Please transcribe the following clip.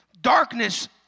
darkness